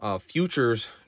futures